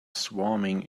swarming